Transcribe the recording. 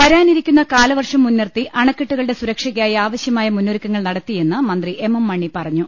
വരാനിരിക്കുന്ന കാലവർഷം മുൻനിർത്തി അണക്കെട്ടുകളുടെ സുരക്ഷയ്ക്കായി ആവശ്യമായ മുന്നൊരുക്കങ്ങൾ നടത്തിയെന്ന് മന്ത്രി എം എം മണി പറഞ്ഞു